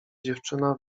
dziewczyna